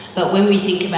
but when we think about